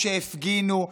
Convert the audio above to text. שהפגינו,